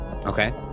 Okay